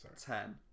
ten